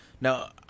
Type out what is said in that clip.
Now